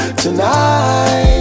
tonight